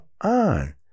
on